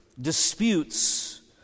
disputes